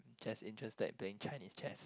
just interested in playing Chinese chess